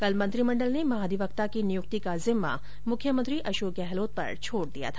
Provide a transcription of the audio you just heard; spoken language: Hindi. कल मंत्रिमंडल ने महाधिवक्ता की नियुक्ति का ज़िम्मा मुख्यमंत्री अशोक गहलोत पर छोड दिया था